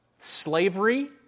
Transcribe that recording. slavery